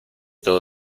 todo